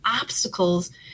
obstacles